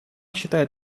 считает